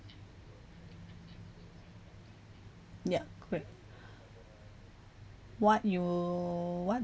ya correct what your what